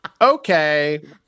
Okay